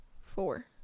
four